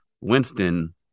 winston